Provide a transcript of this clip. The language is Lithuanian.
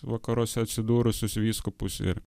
vakaruose atsidūrusius vyskupus ir